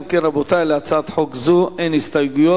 אם כן, רבותי, להצעת חוק זו אין הסתייגויות.